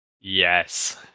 Yes